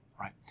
right